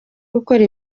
gukora